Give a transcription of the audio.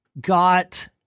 got